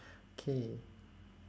K